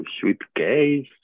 suitcase